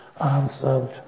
answered